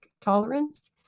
tolerance